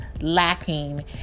lacking